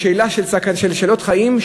בשאלות חיים,